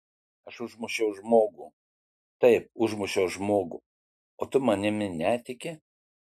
aš užmušiau žmogų taip užmušiau žmogų o tu manimi netiki